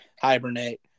hibernate